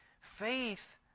Faith